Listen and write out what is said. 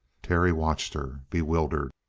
terry watched her, bewildered.